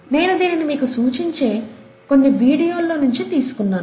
నేను దీనిని మీకు సూచించే కొన్ని వీడియోల్లో నించి తీసుకున్నాను